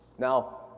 Now